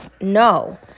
No